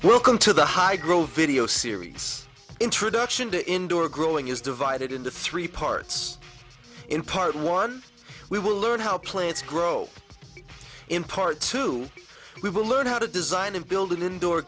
welcome to the high grove video series introduction to indoor growing is divided into three parts in part one we will learn how plates grow in part two we will learn how to design and build an indoor